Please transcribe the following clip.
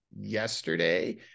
yesterday